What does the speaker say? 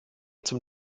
zum